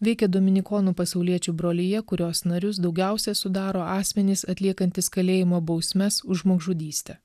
veikia dominikonų pasauliečių brolija kurios narius daugiausia sudaro asmenys atliekantys kalėjimo bausmes už žmogžudystę